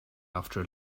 after